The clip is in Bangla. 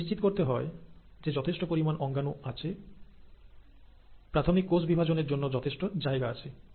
এটিকে নিশ্চিত করতে হয় যে যথেষ্ট পরিমাণ অঙ্গাণু আছে প্রাথমিক কোষ বিভাজনের জন্য যথেষ্ট জায়গা আছে